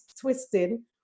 twisting